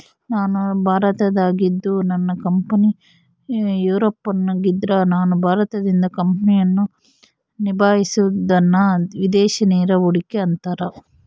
ನಾನು ಭಾರತದಾಗಿದ್ದು ನನ್ನ ಕಂಪನಿ ಯೂರೋಪ್ನಗಿದ್ದ್ರ ನಾನು ಭಾರತದಿಂದ ಕಂಪನಿಯನ್ನ ನಿಭಾಹಿಸಬೊದನ್ನ ವಿದೇಶಿ ನೇರ ಹೂಡಿಕೆ ಅಂತಾರ